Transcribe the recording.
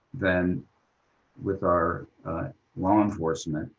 then with our law enforcement,